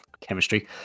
chemistry